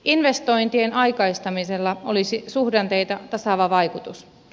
investointien aikaistamisella olisi suhdanteita tasaava vaikutus